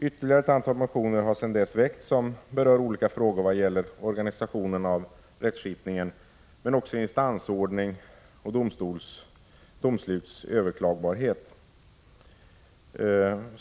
Ytterligare ett antal motioner har sedan dess väckts som berör olika frågor vad gäller organisationen av rättskipningen men också instansordning och domsluts överklagbarhet.